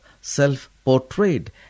self-portrayed